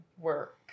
work